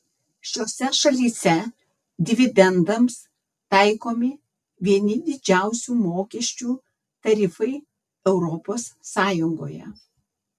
šiose šalyse dividendams taikomi vieni didžiausių mokesčių tarifai europos sąjungoje